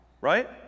right